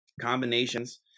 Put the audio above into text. combinations